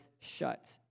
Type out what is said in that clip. shut